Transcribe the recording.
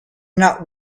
not